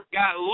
got